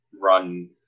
run